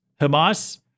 Hamas